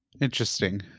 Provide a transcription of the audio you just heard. Interesting